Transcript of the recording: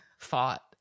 thought